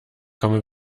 komme